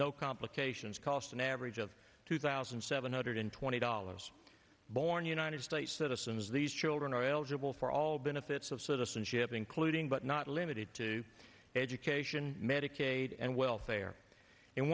no complications costs an average of two thousand seven hundred twenty dollars born united states citizens these children are eligible for all benefits of citizenship including but not limited to education medicaid and welfare and